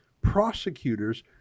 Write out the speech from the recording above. prosecutors